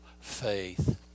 faith